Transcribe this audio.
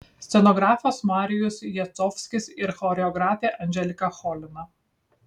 scenografas marijus jacovskis ir choreografė anželika cholina